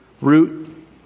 root